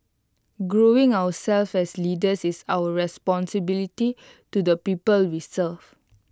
growing ourselves as leaders is our responsibility to the people we serve